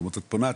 את פונה,